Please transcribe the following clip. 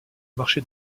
marché